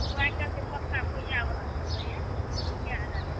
ओ आइकाल्हि जे मोटका पहिआ बला चललै यऽ ओ कए हजार के